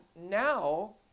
now